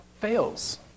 fails